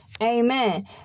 Amen